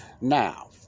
now